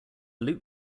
loop